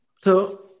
So-